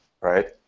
right